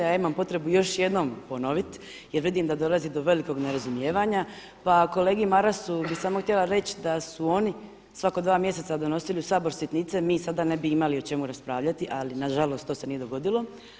A ja imam potrebu još jednom ponovit jer vidim da dolazi do velikog nerazumijevanja, pa kolegi Marasu bi samo htjela reći da su oni svako dva mjeseca donosili u Sabor sitnice mi sada ne bismo imali o čemu raspravljati, ali na žalost to se nije dogodilo.